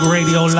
Radio